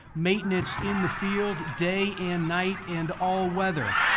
maintenance in the field, day and night and all weather,